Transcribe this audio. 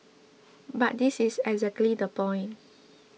but that is exactly the point